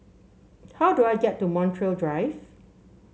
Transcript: how do I get to Montreal Drive